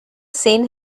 seen